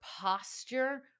posture